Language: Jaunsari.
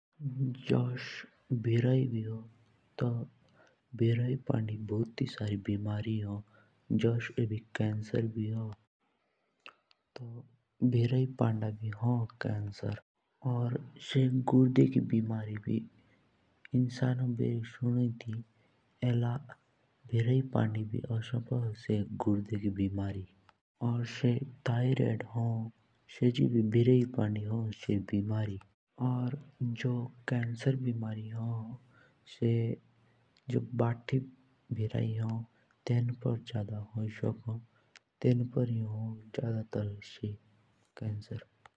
जस अभी भीरयी हुन तो भीरयी पंडी भू्त सारी बिमारी हुन। जस अभी कैंसर हुन तो भीरयी पंडा भी हुन। और जो गुरदे की बिमारी भी हुन पो और एला भीरयी पंडी भी आशो पो गुरदे की बिमारी। और जो कैंसर बिमारी हुन सो जादातर बाती भीरयी पंडी हुन।